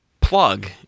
plug